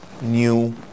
new